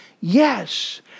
Yes